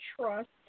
trust